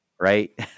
Right